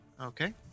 Okay